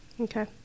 Okay